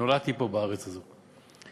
נולדתי פה בארץ הזאת,